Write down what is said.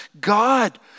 God